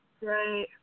Right